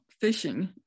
fishing